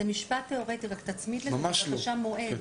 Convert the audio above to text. זה משפט תיאורטי, רק תצמיד לזה בבקשה מועד.